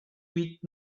with